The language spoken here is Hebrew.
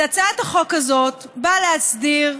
אז הצעת החוק הזאת באה להסדיר